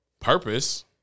Purpose